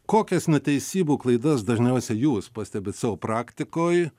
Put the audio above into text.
kokias neteisybių klaidas dažniausiai jūs pastebit savo praktikoj